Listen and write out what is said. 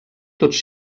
tots